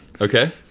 Okay